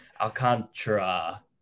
Alcantara